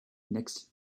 next